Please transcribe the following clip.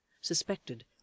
suspected